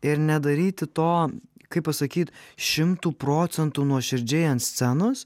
ir nedaryti to kaip pasakyt šimtu procentų nuoširdžiai ant scenos